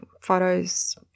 photos